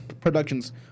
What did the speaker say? Productions